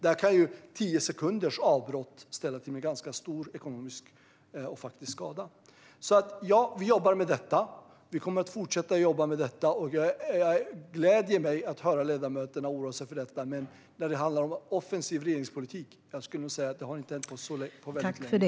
Där kan tio sekunders avbrott ställa till med en ganska stor ekonomisk och faktisk skada. Ja, vi jobbar med detta. Vi kommer att fortsätta att jobba med det. Jag gläder mig åt att höra ledamöterna oroa sig för detta. Men när det handlar om en offensiv regeringspolitik skulle jag nog säga att detta inte har hänt på väldigt länge.